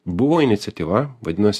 buvo iniciatyva vadinosi